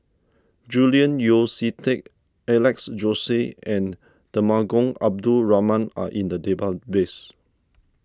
Julian Yeo See Teck Alex Josey and Temenggong Abdul Rahman are in the database